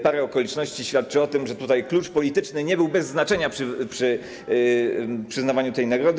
Parę okoliczności świadczy o tym, że tutaj klucz polityczny nie był bez znaczenia przy przyznawaniu tej nagrody.